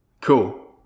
Cool